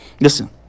Listen